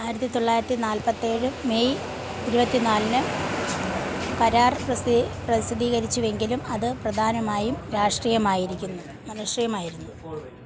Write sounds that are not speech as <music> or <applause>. ആയിരത്തി തൊള്ളായിരത്തി നാൽപ്പത്തേഴ് മേയ് ഇരുപത്തിനാലിന് കരാർ പ്രസിദ്ധീകരിച്ചുവെങ്കിലും അത് പ്രധാനമായും രാഷ്ട്രീയമായിരിക്കുന്നു <unintelligible>